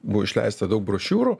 buvo išleista daug brošiūrų